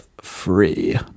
free